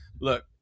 Look